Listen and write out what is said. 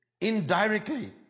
indirectly